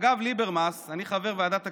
אגב ליברמס, אני חבר ועדת הכספים.